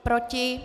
Proti?